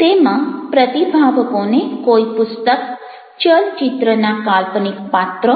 તેમાં પ્રતિભાવકોને કોઈ પુસ્તક ચલચિત્રના કાલ્પનિક પાત્ર